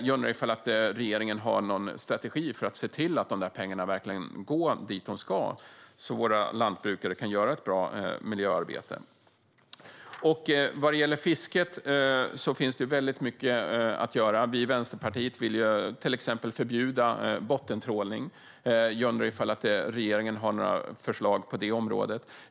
Jag undrar om regeringen har någon strategi för att se till att pengarna verkligen går dit de ska, så att våra lantbrukare kan göra ett bra miljöarbete. När det gäller fisket finns det väldigt mycket att göra. Vi i Vänsterpartiet vill till exempel förbjuda bottentrålning. Jag undrar om regeringen har några förslag på det området.